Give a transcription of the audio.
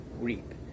reap